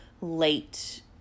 late